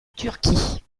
turquie